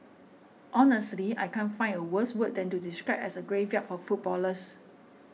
honestly I can't find a worse word than to describe as a graveyard for footballers